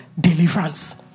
deliverance